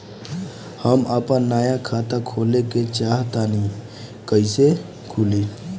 हम आपन नया खाता खोले के चाह तानि कइसे खुलि?